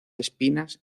espinas